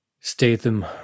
Statham